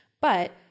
but-